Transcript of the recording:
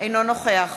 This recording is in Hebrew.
אינו נוכח